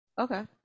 Okay